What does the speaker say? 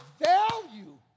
value